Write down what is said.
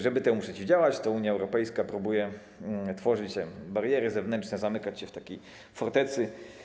Żeby temu przeciwdziałać, Unia Europejska próbuje tworzyć bariery zewnętrzne, zamykać się w fortecy.